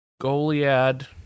Goliad